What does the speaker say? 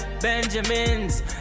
Benjamins